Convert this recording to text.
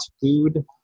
food